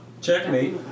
Checkmate